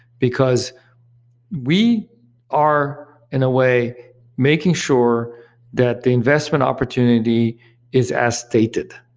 because we are in a way making sure that the investment opportunity is as stated,